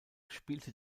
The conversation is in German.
spielte